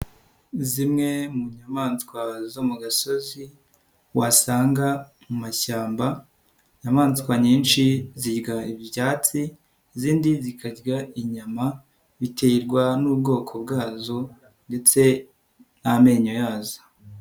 Zimwe mu nyamaswa zo mu gasozi wasanga mu mashyamba, inyamaswa nyinshi zirya ibyatsi, izindi zikarya inyama biterwa n'ubwoko bwazo ndetse n'amenyo yazo.